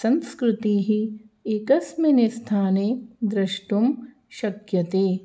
संस्कृतिः एकस्मिन् स्थाने द्रष्टुं शक्यते